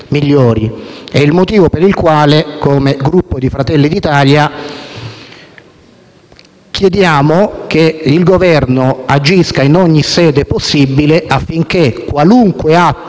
questo motivo, come Gruppo Fratelli d’Italia, chiediamo che il Governo agisca in ogni sede possibile affinché qualunque atto